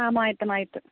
ആ മായത്ത് മായത്ത്